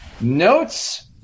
Notes